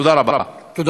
תודה רבה.